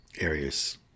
areas